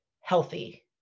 healthy